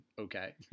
okay